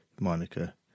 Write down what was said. Monica